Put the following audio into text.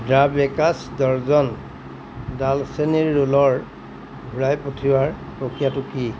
the baker's dozen ডালচেনীৰ ৰোলৰ ঘূৰাই পঠিওৱাৰ প্ৰক্ৰিয়াটো কি